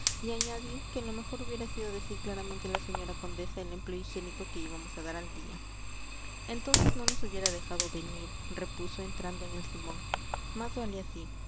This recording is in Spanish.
y añadí que lo mejor hubiera sido decir claramente a la señora condesa el empleo higiénico que íbamos a dar al día entonces no nos hubiera dejado venir repuso entrando en el simón más vale así